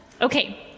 Okay